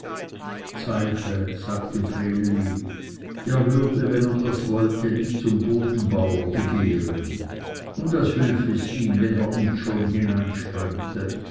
zweifle sagte vreneli er würde wenn er das wollte nicht zum bodenbauer begehren und was hülf es ihm wenn er uns schon